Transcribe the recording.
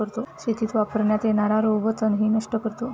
शेतीत वापरण्यात येणारा रोबो तणही नष्ट करतो